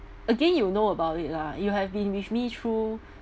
again you know about it lah you have been with me through